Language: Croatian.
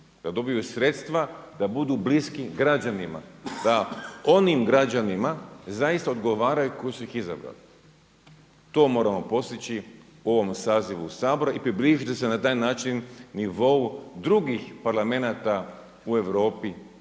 da dobiju sredstva, da budu bliski građanima da onim građanima zaista odgovaraju koji su iz izabrali. To moramo postići u ovome sazivu Sabora i približiti se na taj način nivou drugih parlamenata u Europi